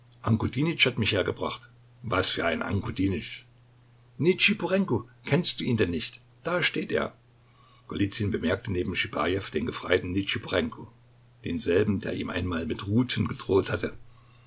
hat mich hergebracht was für ein ankudinytsch nitschiporenko kennst du ihn denn nicht da steht er golizyn bemerkte neben schibajew den gefreiten nitschiporenko denselben der ihm einmal mit ruten gedroht hatte